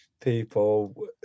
people